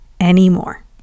anymore